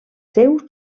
seus